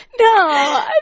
No